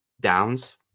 downs